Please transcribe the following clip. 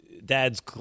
Dad's